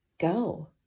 go